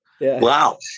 Wow